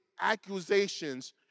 accusations